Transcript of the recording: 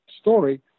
story